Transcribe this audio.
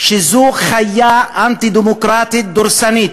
זו חיה אנטי-דמוקרטית דורסנית.